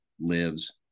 lives